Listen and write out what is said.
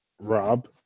Rob